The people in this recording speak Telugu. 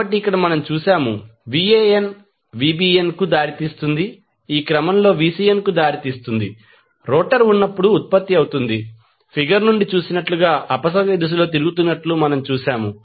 కాబట్టి ఇక్కడ మనం చూశాము Van Vbn కు దారితీస్తుంది ఈ క్రమంలో Vcn కు దారితీస్తుంది రోటర్ ఉన్నప్పుడు ఉత్పత్తి అవుతుంది ఫిగర్ నుండి చూసినట్లుగా అపసవ్య దిశలో తిరుగుతున్నట్లు మనం చూశాము